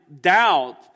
doubt